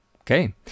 Okay